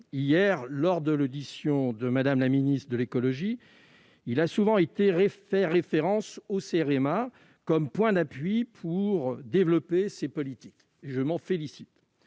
Hier, lors de l'audition de Mme la ministre de l'écologie, il a souvent été fait référence au Cerema comme point d'appui pour développer ces politiques. Je m'en félicite.